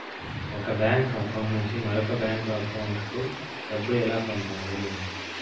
ఒక bank account నుంచి మరొక బ్యాంకు అకౌంట్ కు డబ్బు ఎలా పంపాలి